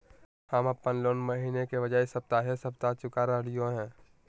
हम अप्पन लोन महीने के बजाय सप्ताहे सप्ताह चुका रहलिओ हें